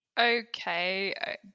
Okay